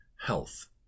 health